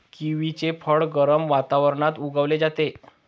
किवीचे फळ गरम वातावरणात उगवले जाते